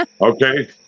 Okay